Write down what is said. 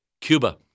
Cuba